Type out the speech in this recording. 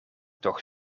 toch